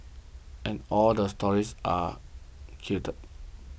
and all the stories are gelled